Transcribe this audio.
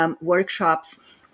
workshops